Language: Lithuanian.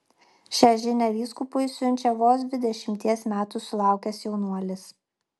šią žinią vyskupui siunčia vos dvidešimties metų sulaukęs jaunuolis